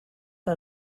que